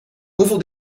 hoeveel